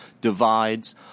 divides